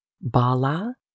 Bala